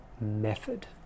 method